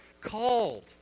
called